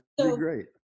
great